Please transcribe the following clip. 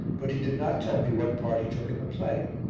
but he did not tell me what part he took in the play.